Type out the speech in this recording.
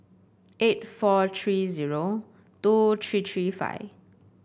eight four three zero two three three five